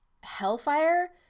hellfire